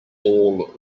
all